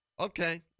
Okay